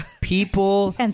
people